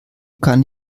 kann